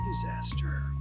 disaster